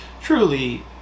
truly